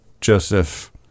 joseph